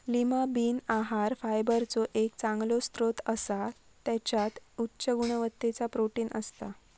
Lima bean आहार फायबरचो एक चांगलो स्त्रोत असा त्याच्यात उच्च गुणवत्तेचा प्रोटीन असता